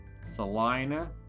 salina